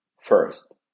First